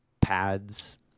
pads